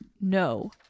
No